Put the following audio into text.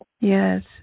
Yes